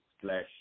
slash